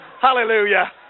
Hallelujah